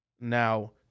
Now